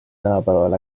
tänapäeval